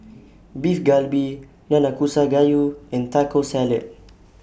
Beef Galbi Nanakusa Gayu and Taco Salad